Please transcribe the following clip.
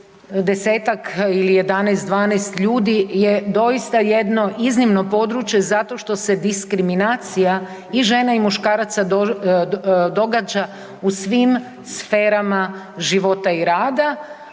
desetak ili 11, 12 ljudi je doista jedno iznimno područje zato što se diskriminacija i žena i muškaraca događa u svim sferama života i rada,